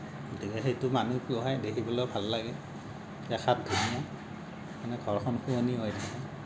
সেইটো মানে কি হয় দেখিবলৈও ভাল লাগে দেখাত ধুনীয়া মানে ঘৰখন শুৱনি হয়